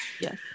Yes